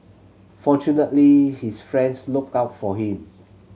fortunately his friends looked out for him